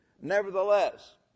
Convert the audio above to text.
Nevertheless